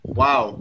wow